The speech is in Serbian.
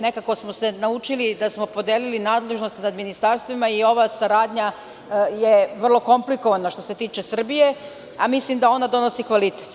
Nekako smo se naučili da smo podelili nadležnost sa ministarstvima i ova saradnja je vrlo komplikovana, što se tiče Srbije, a mislim da ona donosi kvalitet.